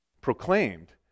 proclaimed